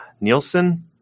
Nielsen